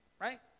right